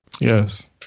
Yes